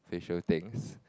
facial things